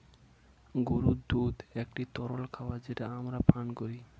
গরুর দুধ একটি তরল খাবার যেটা আমরা পান করি